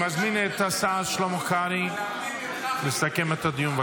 אני מזמין את השר שלמה קרעי לסכם את הדיון.